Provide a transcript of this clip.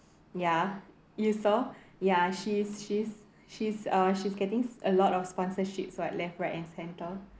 ya you saw ya she's she's she's uh she's getting a lot of sponsorships what left right and center